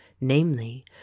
namely